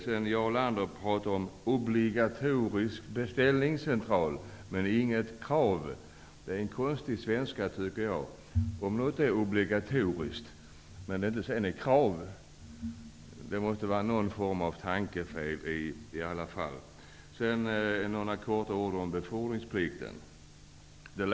Jarl Lander talade om en obligatorisk beställningscentral, men sade att det inte skulle vara något krav. Jag tycker att det var lustig svenska. Om något är obligatoriskt trots att det inte finns något krav, måste det vara fråga om ett tankefel. Sedan några ord om befordringsplikten.